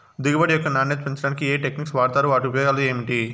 దిగుబడి యొక్క నాణ్యత పెంచడానికి ఏ టెక్నిక్స్ వాడుతారు వాటి ఉపయోగాలు ఏమిటి?